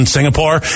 Singapore